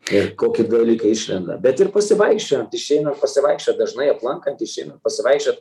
ir koki dalykai išlenda bet ir pasivaikščiojant išeinant pasivaikščiot dažnai aplankant išeinant pasivaikščiot